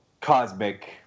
cosmic